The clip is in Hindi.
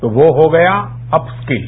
तो वो हो गया अप स्किल